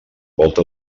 volta